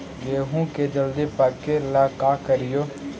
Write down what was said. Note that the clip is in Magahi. गेहूं के जल्दी पके ल का करियै?